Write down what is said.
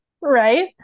Right